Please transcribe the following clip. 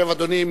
ישב אדוני.